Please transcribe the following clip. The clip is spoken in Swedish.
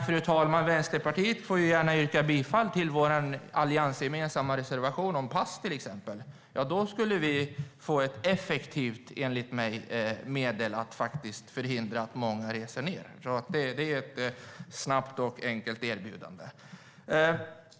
Fru talman! Vänsterpartiet får gärna yrka bifall till vår alliansgemensamma reservation om pass, till exempel. Då skulle vi enligt mig få ett effektivt medel för att förhindra att många reser dit. Det är ett snabbt och enkelt erbjudande.